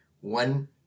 One